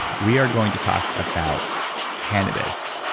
we are going to talk about cannabis.